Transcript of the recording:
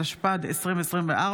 התשפ"ד 2024,